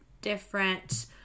different